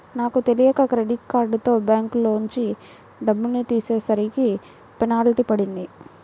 నాకు తెలియక క్రెడిట్ కార్డుతో బ్యాంకులోంచి డబ్బులు తీసేసరికి పెనాల్టీ పడింది